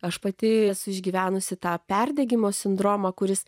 aš pati esu išgyvenusi tą perdegimo sindromą kuris